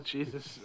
Jesus